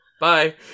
Bye